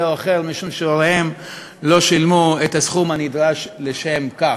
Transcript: או אחר משום שהוריהם לא שילמו את הסכום הנדרש לשם כך.